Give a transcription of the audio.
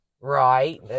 right